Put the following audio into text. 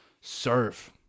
serve